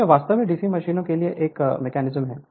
तो यह वास्तव में डीसी मशीनों के लिए एक मेकैनिज्म है